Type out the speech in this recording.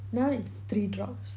now it's three drops